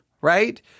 right